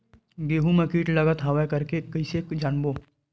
गेहूं म कीट लगत हवय करके कइसे जानबो?